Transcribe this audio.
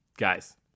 Guys